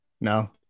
No